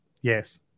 Yes